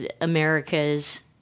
America's